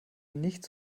nicht